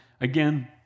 again